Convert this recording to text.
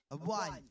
One